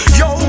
yo